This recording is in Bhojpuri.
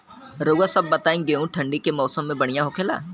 रउआ सभ बताई गेहूँ ठंडी के मौसम में बढ़ियां होखेला?